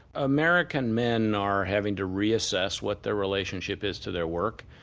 american men are having to reassess what their relationship is to their work,